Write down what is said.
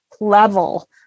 level